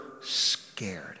scared